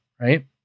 right